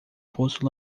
poço